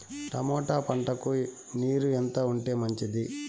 Tomato పంటకు నీరు ఎంత ఉంటే మంచిది?